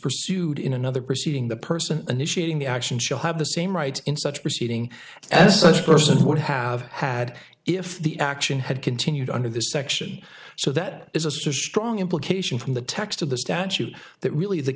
pursued in another proceeding the person initiating the action shall have the same right in such proceeding as such a person would have had if the action had continued under this section so that is a strong implication from the text of the statute that really the